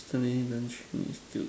sunny then true miss to